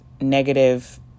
negative